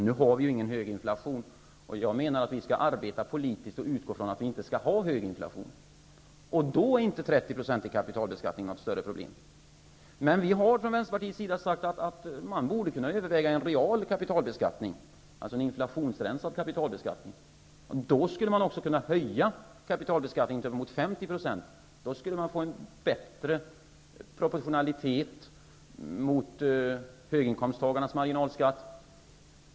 Nu har vi ingen hög inflation, och jag menar att vi i vårt politiska arbete skall utgå ifrån att vi inte skall ha hög inflation. Då är inte 30 % i kapitalbeskattning något större problem. Vi har från vänsterpartiets sida sagt att man borde kunna överväga en real kapitalbeskattning, alltså en inflationsrensad kapitalbeskattning. Då skulle man också kunna höja kapitalbeskattningen till 50 % och få en bättre proportionalitet mot höginkomsttagarnas marginalskatter.